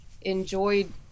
enjoyed